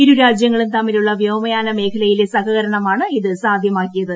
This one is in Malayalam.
ഇരു രാജ്യങ്ങളും തമ്മിലുള്ള വ്യോമയാന മേഖലയിലെ സഹകരണമാണ് ഇത് സാധ്യമാക്കിയത്